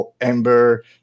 Ember